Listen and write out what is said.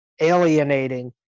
alienating